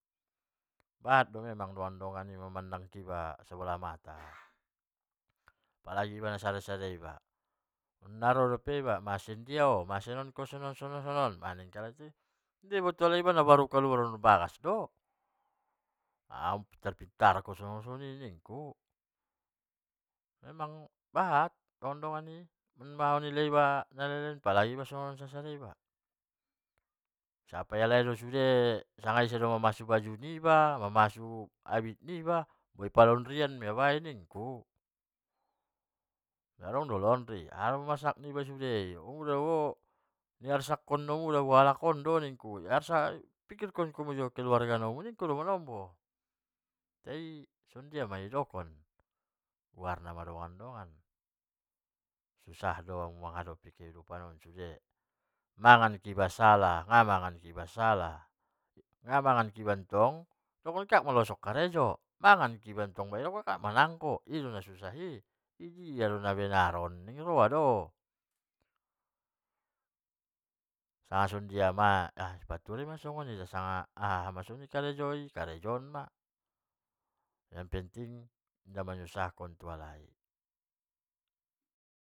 Bahat do emang dongan-dongan i mamandang iba sabolah mata, apalagi sada-sada iba baru ro dope iba, masonon dia ho nasongonon-songonon naninna ma, nadiboto halai iba nabaru kaluar sian bagas do, papittar-pittar kon ko nikku, bahat dongan-dongan i manila iba sonon-sonon, sapai alai do sude sanga ise do mamasu baju niba, mambasu abit niba naipalondri on doi ba nikku, adong do loandri aha do marsak niba i, hamu dabo di marsak kon hamu do halak on nikku, pikirkon hamu jolo keluuarga namu nikku do namombo, tai son dia ma namardongan-dongan susah do manghadopi kehidupanon sude, mangan pe iba salah namangan pe iba salah, namangan ibantong idongkon halak ma iba losok harejo, mangan pe iba tong dokkon halak do manganggo, idi doma na benar on, sanga songon dia masoni aha karejo i i karejohon ma, napenting nda manyusahkon tu halai.